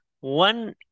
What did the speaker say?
one